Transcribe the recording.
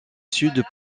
sud